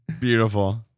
Beautiful